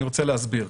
אני רוצה להסביר.